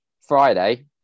friday